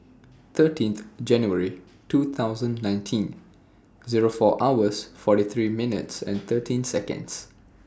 thirteenth January two thousand nineteen Zero four hours forty three minutes thirteen Seconds